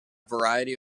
variety